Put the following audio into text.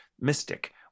mystic